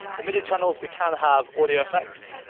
the midi channels, we can have audio effects,